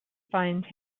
find